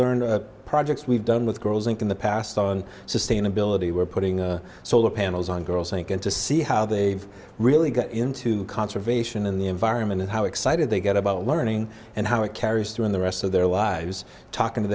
learned projects we've done with girls inc in the past on sustainability we're putting solar panels on girls thinking to see how they've really got into conservation in the environment and how excited they get about learning and how it carries through in the rest of their lives talking to